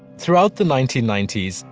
throughout the nineteen ninety s,